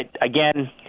again